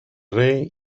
rey